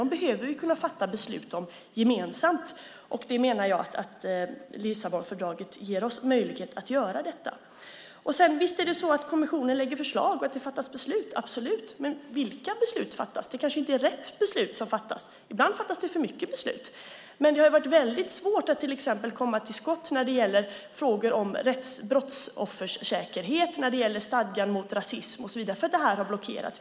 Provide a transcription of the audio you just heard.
Vi behöver fatta beslut om dessa frågor gemensamt. Jag menar att Lissabonfördraget ger oss möjlighet att göra det. Visst lägger kommissionen fram förslag som det fattas beslut om. Men vilka beslut fattas? Det är kanske inte rätt beslut som fattas. Ibland fattas för många beslut. Men det har varit svårt att komma till skott när det gäller frågor om brottsoffers säkerhet, stadgan mot rasism och så vidare. De har blockerats.